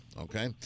Okay